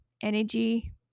energy